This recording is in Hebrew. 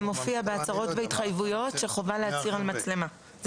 זה מופיע בהצהרות ובהתחייבויות שחובה להצהיר על מצלמה.